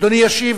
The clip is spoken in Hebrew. אדוני ישיב,